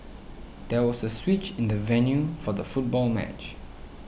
there was a switch in the venue for the football match